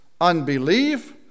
unbelief